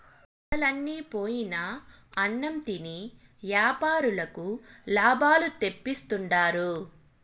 పొరలన్ని పోయిన అన్నం తిని యాపారులకు లాభాలు తెప్పిస్తుండారు